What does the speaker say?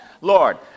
Lord